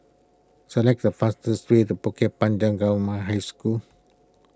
select the fastest way to Bukit Panjang Government High School